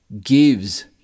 gives